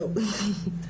תודה.